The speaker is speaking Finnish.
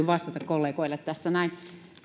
vastata kollegoille tässä näin